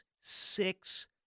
Six